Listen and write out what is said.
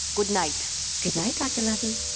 goodnight goodnight, doctor levy.